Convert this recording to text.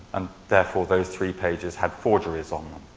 and therefore, those three pages had forgeries on them.